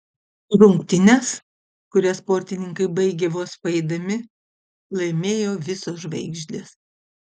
rungtynes kurias sportininkai baigė vos paeidami laimėjo visos žvaigždės